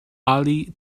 ali